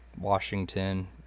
Washington